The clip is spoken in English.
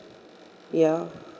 ya